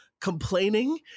complaining